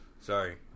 Sorry